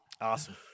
Awesome